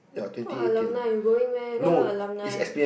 what alumni you going meh you not even alumni